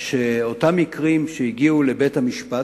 שבאותם מקרים שהגיעו לבית-המשפט,